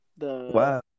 Wow